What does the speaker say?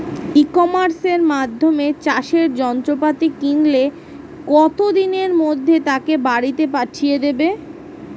ই কমার্সের মাধ্যমে চাষের যন্ত্রপাতি কিনলে কত দিনের মধ্যে তাকে বাড়ীতে পাঠিয়ে দেবে?